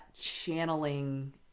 channeling